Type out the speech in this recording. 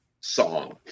song